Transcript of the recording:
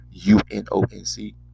UNONC